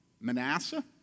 Manasseh